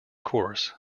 course